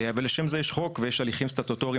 אבל לשם זה יש חוק ויש הליכים סטטוטוריים